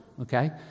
okay